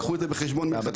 לקחו את זה בחשבון מלכתחילה.